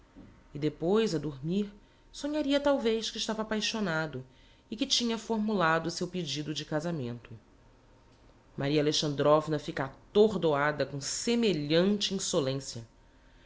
e depois a dormir sonharia talvez que estava apaixonado e que tinha formulado o seu pedido de casamento maria alexandrovna fica atordoada com semelhante insolencia